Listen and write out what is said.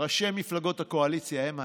ראשי מפלגות הקואליציה הם האשמים.